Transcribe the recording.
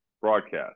broadcast